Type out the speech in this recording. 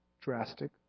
drastic